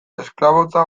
esklabotza